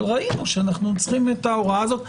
אבל ראינו שאנחנו צריכים את ההוראה הזאת.